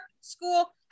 school